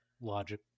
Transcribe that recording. logic